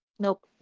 Nope